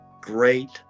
great